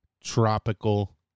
tropical